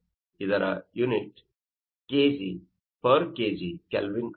ಇದರ unit kJkg Kelvin ಆಗಿದೆ